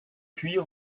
puis